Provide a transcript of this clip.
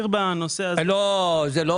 כן.